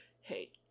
hey